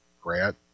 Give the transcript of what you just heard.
Grant